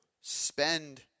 Spend